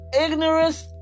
Ignorance